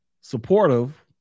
supportive